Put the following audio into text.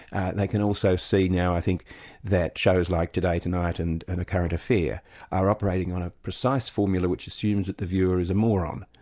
they can also see now i think that shows like today tonight, and and a current affair are operating on a precise formula which assumes that the viewer is a moron.